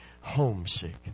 homesick